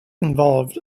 involved